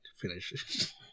finish